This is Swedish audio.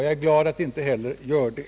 Jag är glad att det inte heller gör det.